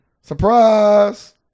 Surprise